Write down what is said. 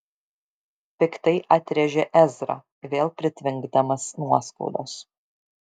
piktai atrėžė ezra vėl pritvinkdamas nuoskaudos